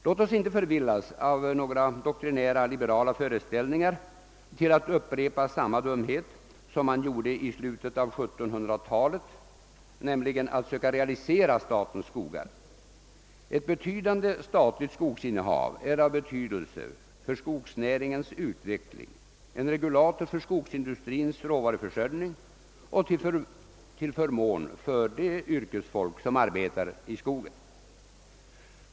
Låt oss inte förvillas av några doktrinära, liberala föreställningar till att upprepa samma dumhet som man begick i slutet på 1700-talet, då man försökte realisera statens skogar. Ett betydande skogsinnehav är av betydelse för skogsnäringens utveckling, en regulator för skogsindustrins råvaruförsörjning och till förmån för det yrkesfolk som arbetar i skogen.